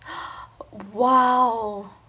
!wow!